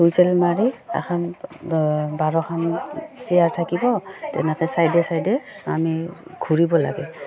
whistle মাৰি এখন বাৰখন চেয়াৰ থাকিব তেনেকৈ ছাইডে ছাইডে আমি ঘূৰিব লাগে